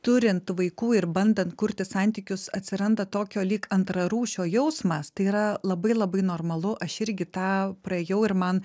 turint vaikų ir bandant kurti santykius atsiranda tokio lyg antrarūšio jausmas tai yra labai labai normalu aš irgi tą praėjau ir man